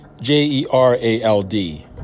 J-E-R-A-L-D